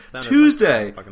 Tuesday